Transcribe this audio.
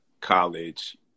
college